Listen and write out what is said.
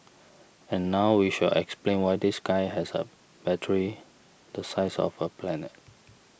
and now we shall explain why this guy has a battery the size of a planet